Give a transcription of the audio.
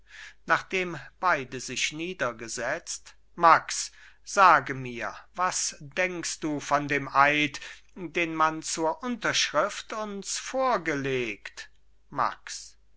nachdem beide sich niedergesetzt max sage mir was denkst du von dem eid den man zur unterschrift uns vorgelegt max